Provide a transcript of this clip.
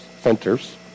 centers